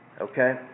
okay